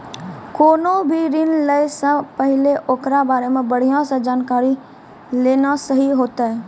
कोनो भी ऋण लै से पहिले ओकरा बारे मे बढ़िया से जानकारी लेना सही होतै